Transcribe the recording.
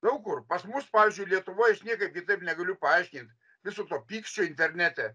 daug kur pas mus pavyzdžiui lietuvoj aš niekaip kitaip negaliu paaiškint viso to pykčio internete